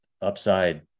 upside